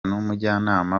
n’umujyanama